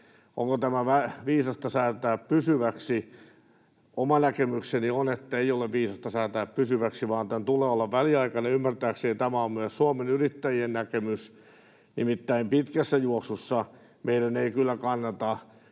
onko tämä viisasta säätää pysyväksi. Oma näkemykseni on, että ei ole viisasta säätää pysyväksi, vaan tämän tulee olla väliaikainen. Ymmärtääkseni tämä on myös Suomen Yrittäjien näkemys. Nimittäin pitkässä juoksussa meidän ei kyllä kannata